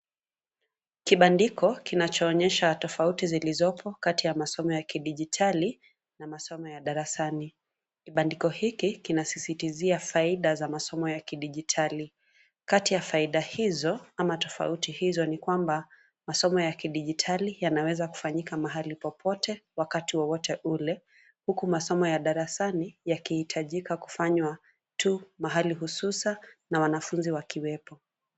Kibandiko kinachoonyesha tofauti zilizopo kati ya masomo ya kidijitali na masomo ya darasani. Kibandiko hiki kinasisitizia faida za masomo ya kidijitali. Kati ya faida hizo ama tofauti hizo ni kwamba masomo ya kidijitali yanaweza kufanyika mahali popote, wakati wowote ule, huku masomo ya darasani yakihitajika kufanywa tu mahali hususa na wanafunzi wakiwepo.